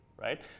right